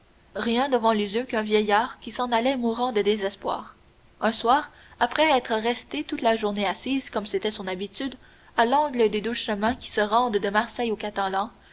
rien devant les yeux qu'un vieillard qui s'en allait mourant de désespoir un soir après être restée toute la journée assise comme c'était son habitude à l'angle des deux chemins qui se rendent de marseille aux